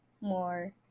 more